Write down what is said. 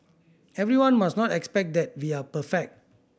everyone must not expect that we are perfect